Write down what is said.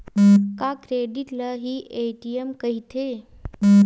का क्रेडिट ल हि ए.टी.एम कहिथे?